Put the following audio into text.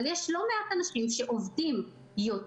אבל יש לא מעט אנשים שעובדים יותר